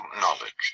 knowledge